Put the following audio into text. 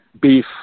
beef